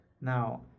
Now